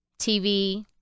TV